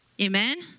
Amen